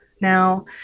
now